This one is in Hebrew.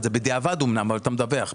אמנם בדיעבד אבל אתה מדווח.